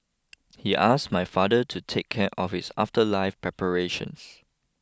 he ask my father to take care of his afterlife preparations